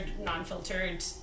non-filtered